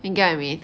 get what I mean